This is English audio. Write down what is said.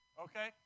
Okay